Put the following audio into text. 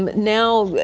um now, like